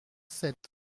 sept